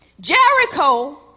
Jericho